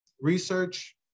research